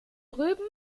drüben